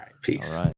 Peace